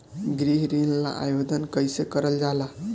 गृह ऋण ला आवेदन कईसे करल जाला?